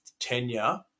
tenure